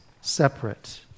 separate